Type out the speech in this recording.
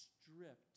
stripped